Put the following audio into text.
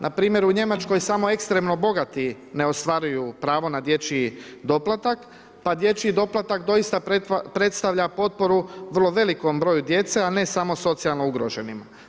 Npr. u Njemačkoj samo ekstremno bogati ne ostvaruju pravo na dječji doplatak pa dječji doplatak doista predstavlja potporu vrlo velikom broju djece, a ne samo socijalno ugroženim.